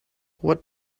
what